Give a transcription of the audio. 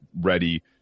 ready